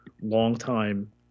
longtime